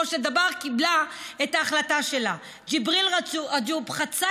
של דבר קיבלה את ההחלטה שלה: ג'יבריל רג'וב חצה